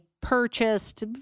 purchased